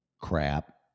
crap